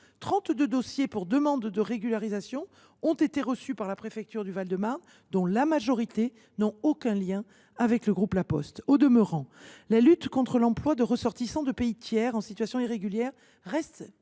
dossiers pour demande de régularisation ont été reçus par la préfecture du Val de Marne ; la majorité d’entre eux n’ont aucun lien avec le groupe La Poste. Au demeurant, la lutte contre l’emploi de ressortissants de pays tiers en situation irrégulière reste l’une